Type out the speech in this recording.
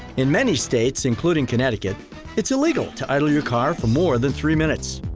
in many states, including connecticut it's illegal to idle your car for more than three minutes.